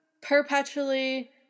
perpetually